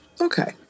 okay